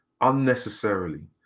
unnecessarily